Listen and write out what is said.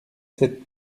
sept